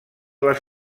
les